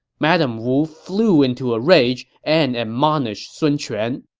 madame wu flew into a rage and admonished sun quan.